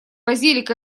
базилик